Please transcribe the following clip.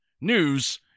news